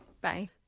Bye